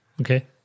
okay